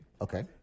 Okay